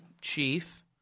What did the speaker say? Chief